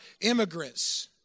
immigrants